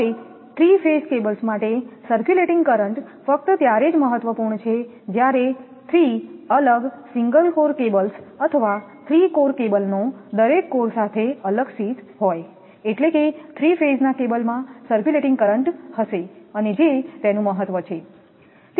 હવે 3 phase cables માટે circulating current ફક્ત ત્યારે જ મહત્વપૂર્ણ છે જ્યારે 3 અલગ સિંગલ કોર કેબલ્સ અથવા 3 કોર કેબલનો દરેક કોર સાથે અલગ શીથ હોય એટલે કે 3 ફેઝના કેબલમાં સર્ક્યુલેટિંગ કરંટ હશે અને જે તેનું મહત્વ છે